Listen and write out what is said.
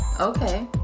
okay